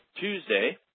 Tuesday